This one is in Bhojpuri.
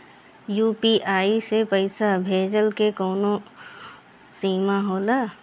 यू.पी.आई से पईसा भेजल के कौनो सीमा होला?